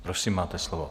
Prosím, máte slovo.